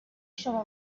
شما